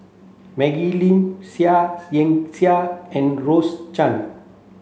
Maggie Lim Seah Liang Seah and Rose Chan